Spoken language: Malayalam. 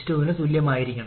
11 ന് തുല്യമാണ്